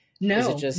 No